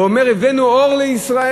הוא אמר: הבאנו אור לישראל.